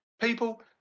people